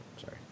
Sorry